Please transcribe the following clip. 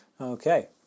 Okay